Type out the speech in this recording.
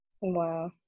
wow